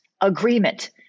agreement